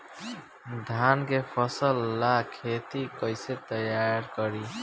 धान के फ़सल ला खेती कइसे तैयार करी?